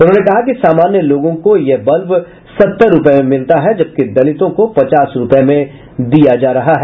उन्होंने कहा कि सामान्य लोगों को यह बल्ब सत्तर रूपये में मिलता है जबकि दलितों को पचास रूपये में दिया जा रहा है